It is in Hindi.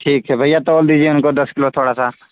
ठीक है भैया तौल दीजिए उनको दस किलो थोड़ा सा